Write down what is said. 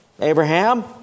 Abraham